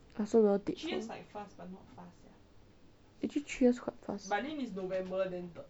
I also don't want to teach